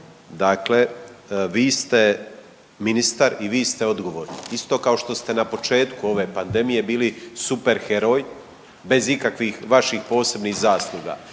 Dakle, vi ste ministar i vi ste odgovorni, isto kao što ste na početku ove pandemije bili superheroj bez ikakvih vaših posebnih zasluga.